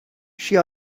she